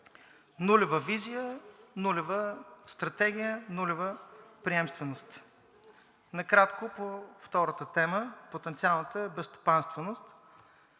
Нулева визия, нулева стратегия, нулева приемственост. Накратко по втората тема – потенциалната безстопанственост.